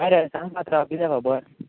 हय रे सांग पात्रांव कितें रे खबर